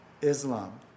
Islam